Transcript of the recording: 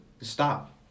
Stop